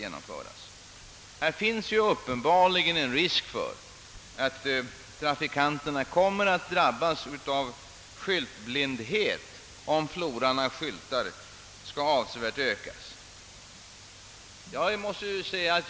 Det finns en uppenbar risk för att trafikanterna kan komma att drabbas av skyltblindhet om floran av skyltar skall öka avsevärt.